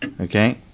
okay